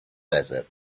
desert